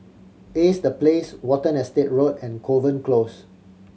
Ace The Place Watten Estate Road and Kovan Close